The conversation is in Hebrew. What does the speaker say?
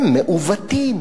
הם מעוותים,